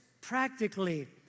practically